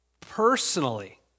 Personally